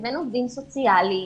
לבין עובדים סוציאליים,